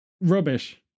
rubbish